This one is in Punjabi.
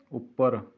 ਉੱਪਰ